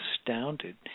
astounded